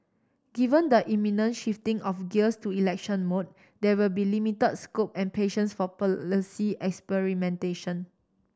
given the imminent shifting of gears to election mode there will be limit scope and patience for policy experimentation